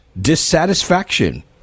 dissatisfaction